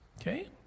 Okay